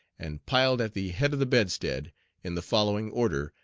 and piled at the head of the bedstead in the following order,